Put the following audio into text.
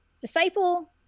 disciple